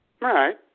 Right